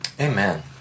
amen